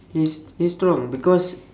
he's he's strong because